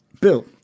Bill